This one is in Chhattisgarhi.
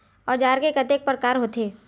औजार के कतेक प्रकार होथे?